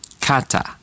kata